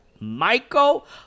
Michael